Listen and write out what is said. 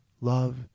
love